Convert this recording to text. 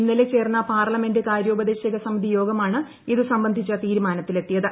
ഇന്നലെ ചേർന്ന പാർലമെന്റ് കാര്യോപദേശക സമിതി യോഗമാണ് ഇത് സംബന്ധിച്ച തീരുമാനത്തിലെത്തിയത്